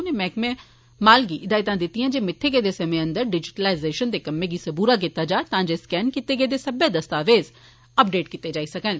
उनें मैह्कमा माल गी हिदायत दित्ती जे मित्थे गेदे समें अंदर डिजीटाइजेशन दे कम्मै गी सबूरा कीता जा तां जे स्कैन कीते गेदे सब्बै दस्तावेज़ अपडेट कीते जाई सकन